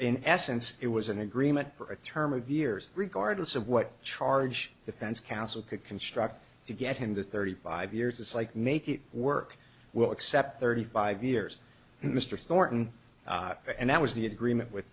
in essence it was an agreement for a term of years regardless of what charge defense counsel could construct to get him to thirty five years it's like make it work we'll accept thirty five years mr thornton and that was the agreement with